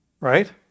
right